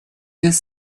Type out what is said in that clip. без